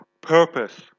purpose